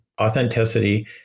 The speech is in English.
authenticity